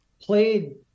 played